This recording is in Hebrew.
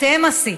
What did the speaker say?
אתם עשיתם,